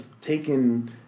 taken